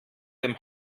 dem